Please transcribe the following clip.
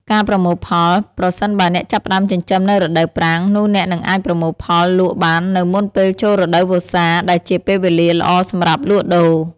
ការប្រមូលផល ប្រសិនបើអ្នកចាប់ផ្ដើមចិញ្ចឹមនៅរដូវប្រាំង នោះអ្នកនឹងអាចប្រមូលផលលក់បាននៅមុនពេលចូលរដូវវស្សា ដែលជាពេលវេលាល្អសម្រាប់លក់ដូរ។